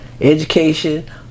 education